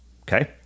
Okay